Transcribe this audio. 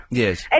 yes